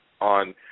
on